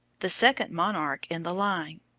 the second monarch in the line.